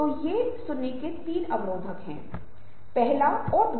इस प्रकार के संचारकों की ताकत क्या है